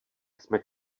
jsme